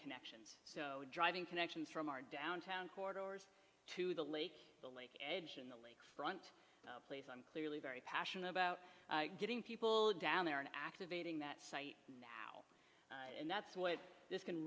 connections so driving connections from our downtown core doors to the lake the lake edge and the lakefront place i'm clearly very passionate about getting people down there and activating that site now and that's what this can